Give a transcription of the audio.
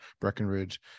Breckenridge